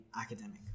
academic